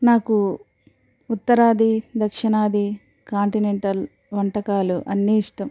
నాకు ఉత్తరాది దక్షిణాది కాంటినెంటల్ వంటకాలు అన్నీ ఇష్టం